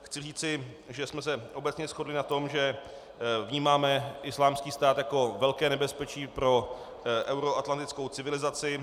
Chci říci, že jsme se obecně shodli na tom, že vnímáme Islámský stát jako velké nebezpečí pro euroatlantickou civilizaci.